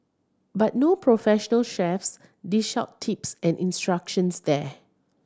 but no professional chefs dish out tips and instructions there